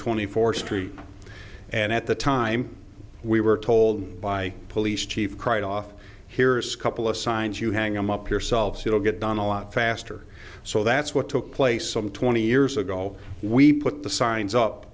twenty fourth street and at the time we were told by police chief cried off here's a couple of signs you hang them up yourselves it will get done a lot faster so that's what took place some twenty years ago we put the signs up